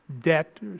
debt